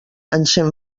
encén